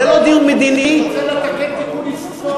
זה לא דיון מדיני, אני רוצה לתקן טעות היסטורית.